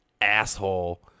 asshole